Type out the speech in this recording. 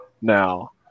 now